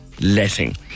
letting